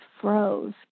froze